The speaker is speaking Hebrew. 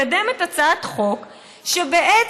מקדמת הצעת חוק שבעצם,